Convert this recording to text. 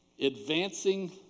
advancing